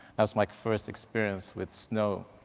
that was my first experience with snow.